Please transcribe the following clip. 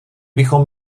bychom